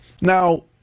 Now